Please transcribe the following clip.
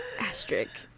asterisk